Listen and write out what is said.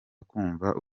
kumva